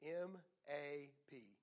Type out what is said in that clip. M-A-P